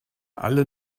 alle